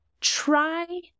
Try